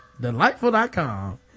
Delightful.com